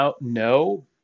No